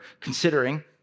considering